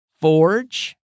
forge